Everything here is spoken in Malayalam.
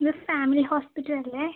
ഇത് ഫാമിലി ഹോസ്പിറ്റൽ അല്ലേ